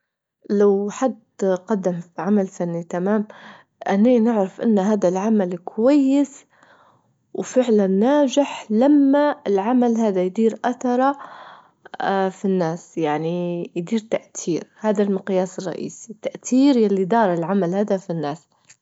لو حد قدم في عمل فني تمام? أني نعرف إن هذا العمل كويس وفعلا ناجح لما العمل هذا يدير أثره في الناس، يعني يدير تأثير، هذا المقياس الرئيسي، التأثير ياللي داره العمل هذا في الناس.